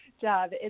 job